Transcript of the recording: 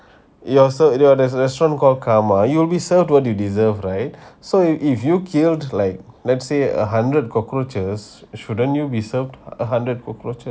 you are served the restaurant called karma you will be served what you deserve right so if you killed like let's say a hundred cockroaches shouldn't you be served a hundred cockroaches you